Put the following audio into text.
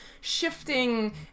shifting